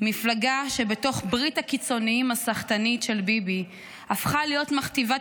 מפלגה שבתוך ברית הקיצוניים הסחטנית של ביבי הפכה להיות מכתיבת